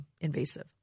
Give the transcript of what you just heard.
invasive